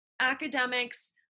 academics